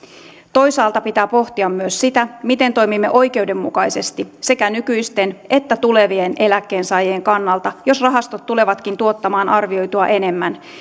toisaalta pitää pohtia myös sitä miten toimimme oikeudenmukaisesti sekä nykyisten että tulevien eläkkeensaajien kannalta jos rahastot tulevatkin tuottamaan arvioitua enemmän